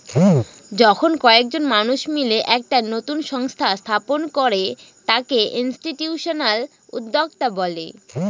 যখন কয়েকজন মানুষ মিলে একটা নতুন সংস্থা স্থাপন করে তাকে ইনস্টিটিউশনাল উদ্যোক্তা বলে